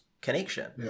Connection